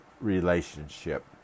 relationship